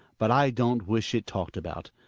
but i don't wish it talked about.